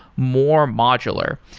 more modular.